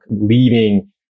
leaving